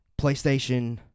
PlayStation